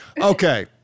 Okay